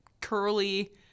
Curly